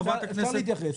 אפשר להתייחס.